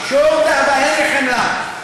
אין לי חמלה.